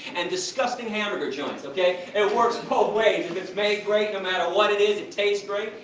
and disgusting hamburger joints, okay? it works both ways. if it's made great, no matter what it is, it tastes great,